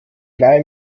leihe